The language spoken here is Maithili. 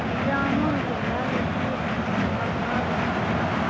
जामुनके यऽ लीची यऽ कठहरके यऽ